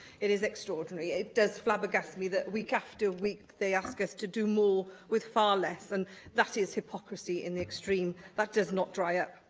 it is extraordinary. it does flabbergast me that, week after week, they ask us to do more with far less, and that is hypocrisy in the extreme that does not dry up.